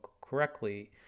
correctly